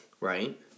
right